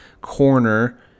corner